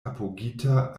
apogita